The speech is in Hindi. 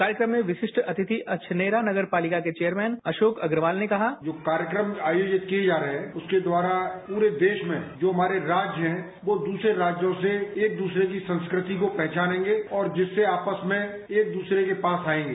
कार्यक्रम में विशिष्ठ अतिथि अछनेरा नगरपालिका के चेयरमैन अशोक अग्नवाल ने कहा जो कार्यक्रम आयोजित किए जा रहे हैं उसके दवारा पूरे देश में जो हमारे राज्य हैंए वो दूसरे राज्यों से एक दूसरे की संस्कृति को पहचानेंगे और जिससे आपस में एक दूसरे के पास आएंगे